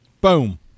Boom